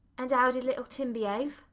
and how did little tim behave?